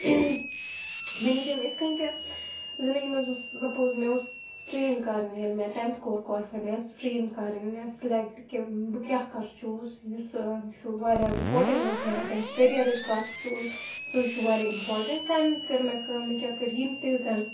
مےٚ نی تِم اِتھ کٔنۍ کہِ زِندگی منٛز اوس سَپوز مےٚ اوس سٹریٖم کَرٕنۍ ییٚلہِ مےٚ ٹٮ۪نتھ کوٚر کالفاے مےٚ ٲس سٹریٖم کَرٕنۍ مےٚ سِلیکٹہٕ کہِ بہٕ کیاہ کَرٕ چوٗز یُس چھُ واریاہ اِمپاٹَنٛٹ ڈیٚسِجَن اَتٮ۪ن چھِ کٔریرٕچ کَتھ سُے چھُ واریاہ اِمپاٹَنٛٹ تَمہِ وِز کٔر مےٚ کٲم مےٚ کیٛاہ کٔرۍ یِم تہِ زَن